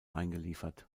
eingeliefert